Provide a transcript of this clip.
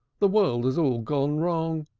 the world has all gone wrong,